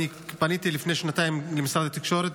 ופניתי לפני שנתיים למשרד התקשורת,